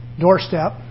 doorstep